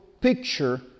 picture